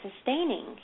sustaining